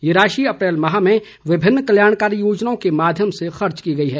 ये राशि अप्रैल माह में विभिन्न कल्याणकारी योजनाओं के माध्यम से खर्च की गई है